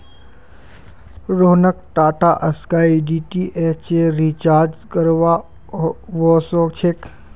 रोहनक टाटास्काई डीटीएचेर रिचार्ज करवा व स छेक